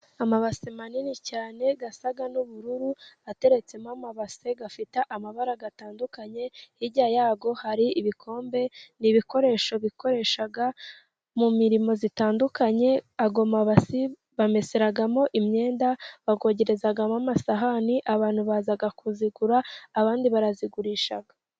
Amabase manini cyane asa n'ubururu, ateretsemo amabase afite amabara atandukanye, hirya yayo hari ibikombe n'ibikoresho bakoresha mu mirimo itandukanye. Ayo mabase bameseramo imyenda, bayogerezamo amasahani. Abantu baza kuyagura, abandi barayagurisha.